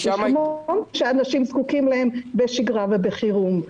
יש עוד דברים שאנשים זקוקים להם בשגרה ובחירום.